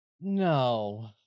No